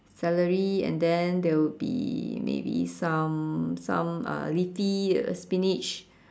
celery and then there will be maybe some some uh leafy um spinach